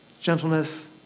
gentleness